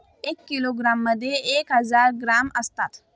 एक किलोग्रॅममध्ये एक हजार ग्रॅम असतात